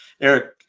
Eric